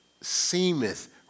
seemeth